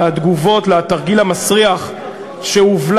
של התגובות על התרגיל המסריח שהוּבלה,